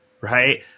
right